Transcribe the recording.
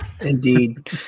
Indeed